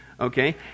Okay